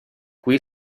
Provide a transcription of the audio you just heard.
qui